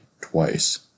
twice